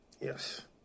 yes